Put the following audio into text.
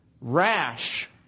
Rash